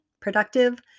productive